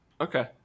Okay